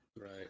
right